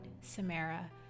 Samara